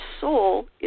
soul